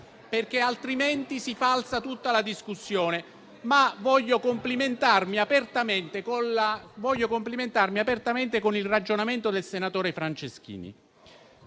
perché altrimenti si falsa tutta la discussione. Voglio complimentarmi apertamente con il ragionamento del senatore Franceschini.